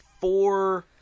four